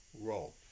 role